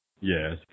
Yes